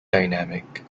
dynamic